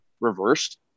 reversed